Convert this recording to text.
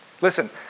Listen